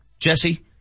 Jesse